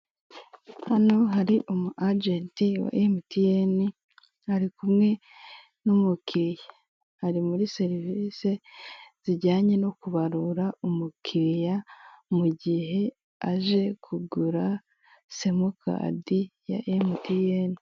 Hano hari umwajenti wa ari kumwe n'umukiriya ari muri serivisi zijyanye no kubarura umukiriya mu gihe aje kugura simukadi ya emutiyene.